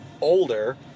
older